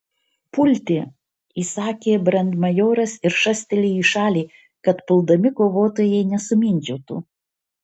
pulti įsakė brandmajoras ir šastelėjo į šalį kad puldami kovotojai nesumindžiotų